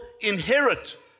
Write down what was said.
inherit